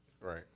Right